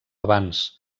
avanç